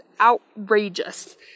outrageous